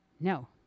No